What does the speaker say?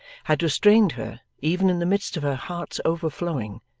had restrained her, even in the midst of her heart's overflowing,